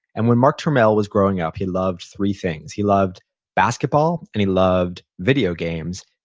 and when mark turmell was growing up, he loved three things. he loved basketball, and he loved video games,